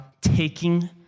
taking